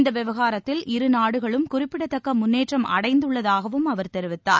இந்தவிவகாரத்தில் இருநாடுகளும் குறிப்பிடத்தக்கமுன்னேற்றம் அடைந்துள்ளதாகவும் அவர் தெரிவித்தார்